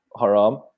haram